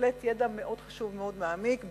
בהחלט ידע מאוד חשוב, מאוד מעמיק.